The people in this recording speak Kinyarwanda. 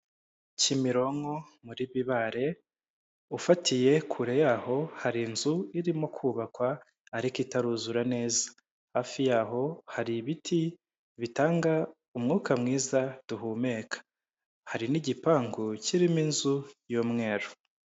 Kimironko muri Bibale ufatiye kure yaho hari inzu irimo kubakwa ariko itaruzura neza, hafi yaho hari ibiti bitanga umwuka mwiza duhumeka hari n'igipangu kirimo inzu y'umweru.